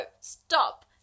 stop